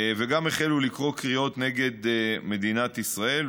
וגם הוחלט לקרוא קריאות נגד מדינת ישראל,